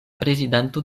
prezidanto